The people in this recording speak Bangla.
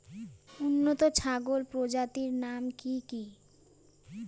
উন্নত ছাগল প্রজাতির নাম কি কি?